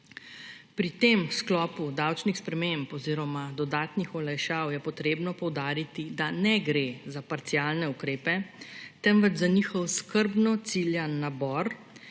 Pri tem sklopu davčnih sprememb oziroma dodatnih olajšav je treba poudariti, da ne gre za parcialne ukrepe, temveč za njihov skrbno ciljan nabor,